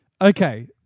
Okay